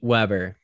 Weber